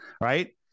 right